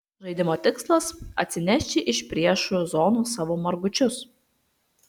žaidimo tikslas atsinešti iš priešų zonos savo margučius